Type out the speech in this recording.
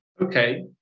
Okay